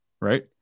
right